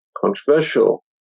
controversial